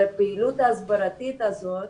והפעילות ההסברתית הזאת